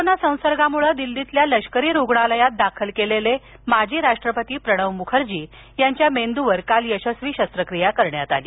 corona संसर्गामुळं दिल्लीतील लष्करी रुग्णालयात दाखल केलेले माजी राष्ट्रपती प्रणव मुखर्जी यांच्या मेंदूवर काल यशस्वी शस्त्रकीया करण्यात आली